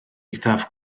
eithaf